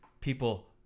People